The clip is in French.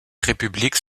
républiques